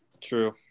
True